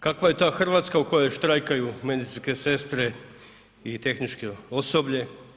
Kakva je ta Hrvatska u kojoj štrajkaju medicinske sestre i tehničko osoblje?